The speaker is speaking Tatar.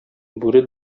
бүре